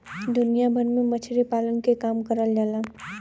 दुनिया भर में मछरी पालन के काम करल जाला